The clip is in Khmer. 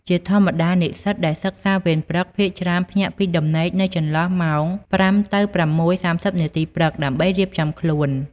ជាធម្មតា និស្សិតដែលសិក្សាវេនព្រឹក ភាគច្រើនភ្ញាក់ពីដំណេកនៅចន្លោះម៉ោង ៥ ទៅ ៦:៣០ នាទី ព្រឹក ដើម្បីរៀបចំខ្លួន ។